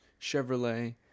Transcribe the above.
chevrolet